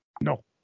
No